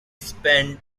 spent